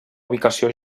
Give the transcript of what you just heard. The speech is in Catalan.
ubicació